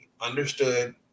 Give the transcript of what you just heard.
understood